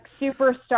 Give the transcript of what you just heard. superstar